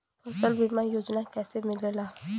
फसल बीमा योजना कैसे मिलेला?